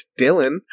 Dylan